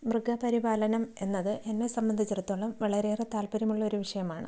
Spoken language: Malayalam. മൃഗപരിപാലനം എന്നത് എന്നെ സംബന്ധിച്ചിടത്തോളം വളരെയേറെ താല്പര്യമുള്ള ഒരു വിഷയമാണ്